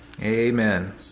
Amen